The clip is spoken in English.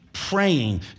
Praying